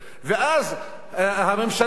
ואז הממשלה,